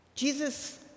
Jesus